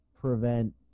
prevent